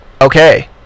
Okay